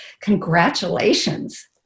congratulations